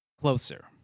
closer